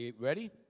ready